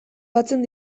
batzen